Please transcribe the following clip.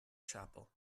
chapel